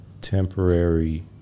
temporary